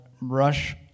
rush